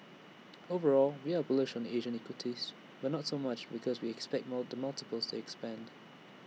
overall we are bullish on Asian equities why not so much because we expect more the multiples to expand